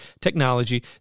technology